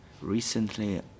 Recently